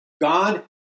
God